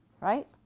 right